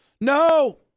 No